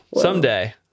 someday